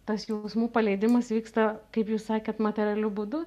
tas jausmų paleidimas vyksta kaip jūs sakėt materialiu būdu